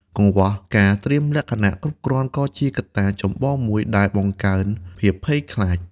កង្វះការត្រៀមលក្ខណៈគ្រប់គ្រាន់ក៏ជាកត្តាចម្បងមួយដែលបង្កើនភាពភ័យខ្លាច។